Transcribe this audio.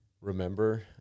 remember